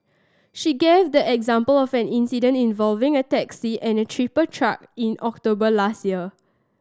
she gave the example of an accident involving a taxi and a tipper truck in October last year